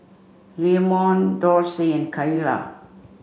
Leamon Dorsey and Kaela